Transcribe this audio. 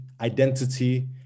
identity